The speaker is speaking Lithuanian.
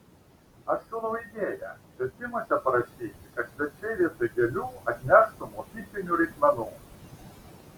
aš siūlau idėją kvietimuose parašyti kad svečiai vietoj gėlių atneštų mokyklinių reikmenų